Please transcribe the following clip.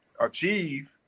achieve